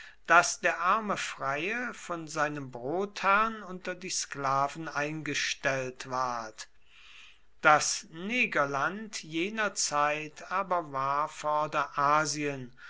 daß der arme freie von seinem brotherrn unter die sklaven eingestellt ward das negerland jener zeit aber war